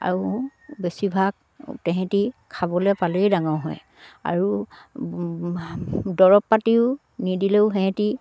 আৰু বেছিভাগ তেহেঁতি খাবলে পালেই ডাঙৰ হয় আৰু দৰৱ পাতিও নিদিলেও সিহঁতে